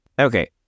Okay